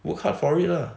work hard for it lah